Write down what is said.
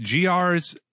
GRs